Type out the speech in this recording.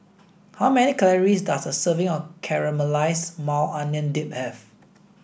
how many calories does a serving of Caramelized Maui Onion Dip have